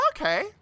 Okay